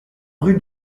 rue